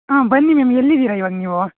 ಹಾಂ ಬನ್ನಿ ಮ್ಯಾಮ್ ಎಲ್ಲಿದ್ದೀರ ಇವಾಗ ನೀವು